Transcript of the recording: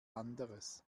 anderes